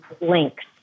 links